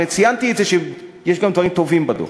הרי ציינתי את זה שיש גם דברים טובים בדוח.